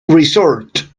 resort